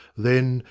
then,